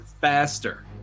faster